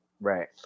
right